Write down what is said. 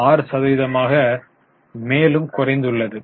6 சதவீதமாக குறைந்துள்ளது